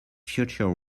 future